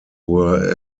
were